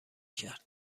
کرد